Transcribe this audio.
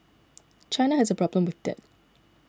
China has a problem with debt